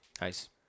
Nice